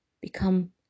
become